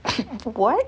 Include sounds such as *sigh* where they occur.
*noise* what